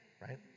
right